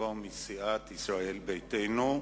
קירשנבאום מסיעת ישראל ביתנו.